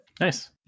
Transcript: Nice